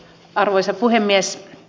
arvoisa puhemies